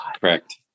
Correct